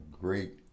great